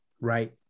right